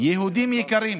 יהודים יקרים,